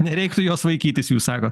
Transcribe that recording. nereiktų jos vaikytis jūs sakot